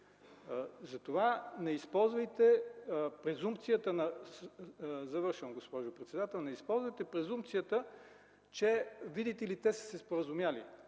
Затова не използвайте презумпцията, че, виждате ли, те са се споразумели.